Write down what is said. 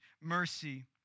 mercy